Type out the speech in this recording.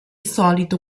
solito